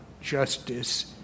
justice